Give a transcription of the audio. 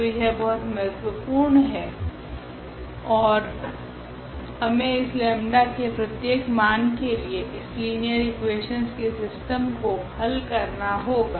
तो यह बहुत महत्वपूर्ण है ओर हमे इस लेम्डा 𝜆 के प्रत्येक मान के लिए इस लिनियर इकुवेशनस के सिस्टम को हल करना होगा